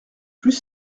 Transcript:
plus